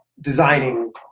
designing